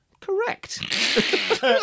Correct